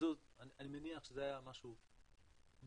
אני מניח שזה היה משהו בתפיסה,